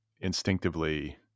instinctively